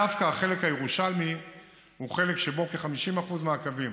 דווקא החלק הירושלמי הוא חלק שבו כ-50% מהקווים